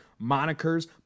monikers